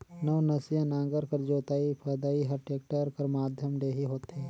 नवनसिया नांगर कर जोतई फदई हर टेक्टर कर माध्यम ले ही होथे